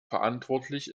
verantwortlich